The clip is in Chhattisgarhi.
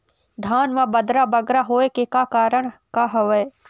धान म बदरा बगरा होय के का कारण का हवए?